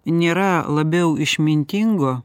nėra labiau išmintingo